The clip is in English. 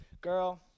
girl